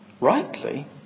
rightly